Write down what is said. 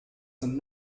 sind